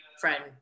friend